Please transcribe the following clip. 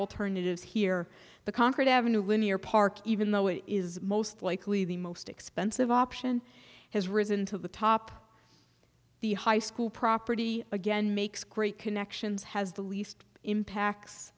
alternatives here the concrete avenue linear park even though it is most likely the most expensive option has risen to the top the high school property again makes great connections has the least impacts